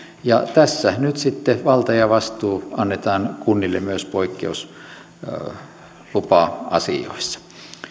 ja tässä nyt sitten valta ja vastuu annetaan kunnille myös poikkeuslupa asioissa